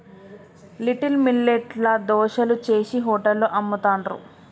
little millet ల దోశలు చేశి హోటళ్లలో అమ్ముతాండ్రు